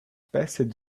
passed